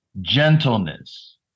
gentleness